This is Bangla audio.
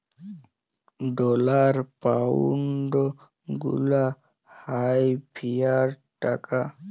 ডলার, পাউনড গুলা হ্যয় ফিয়াট টাকা